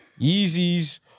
Yeezys